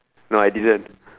no I didn't